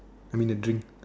I mean the drink